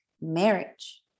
marriage